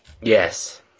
Yes